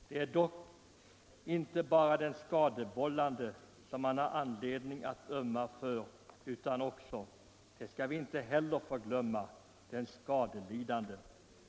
Det är dock inte bara den skadevållande som man har anledning att ömma för, utan också — det skall inte förglömmas — den skadelidande.